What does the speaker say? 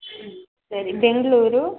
ಹ್ಞೂ ಸರಿ ಬೆಂಗಳೂರು